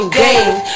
game